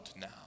now